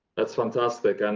that's fantastic! and